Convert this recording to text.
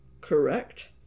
correct